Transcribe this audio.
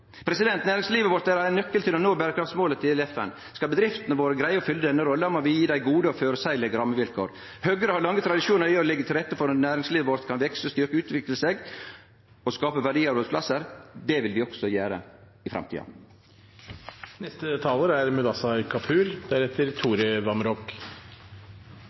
Næringslivet vårt er ein nøkkel til å nå berekraftsmåla til FN. Skal bedriftene våre greie å fylle denne rolla, må vi gje dei gode og føreseielege rammevilkår. Høgre har lange tradisjonar for å leggje til rette for at næringslivet vårt kan vekse, styrkje og utvikle seg og skape verdiar og arbeidsplassar – det vil vi også gjere i